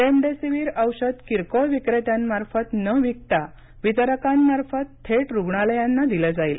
remdesivir औषध किरकोळ विक्रेत्यांमार्फत न विकता वितरकांमार्फत थेट रुग्णालयांना दिलं जाईल